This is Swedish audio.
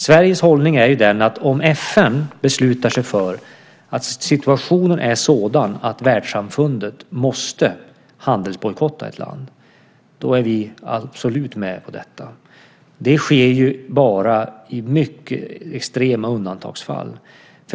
Sveriges hållning är den att om FN beslutar sig för att situationen är sådan att världssamfundet måste handelsbojkotta ett land är vi absolut med på detta. Det sker bara i mycket extrema undantagsfall.